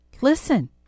Listen